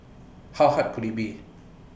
how hard could IT be